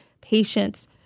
patients